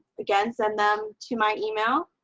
again send them to my e mail.